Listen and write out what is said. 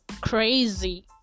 crazy